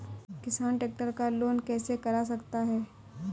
किसान ट्रैक्टर का लोन कैसे करा सकता है?